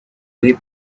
way